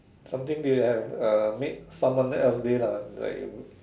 something you have made someone else day lah like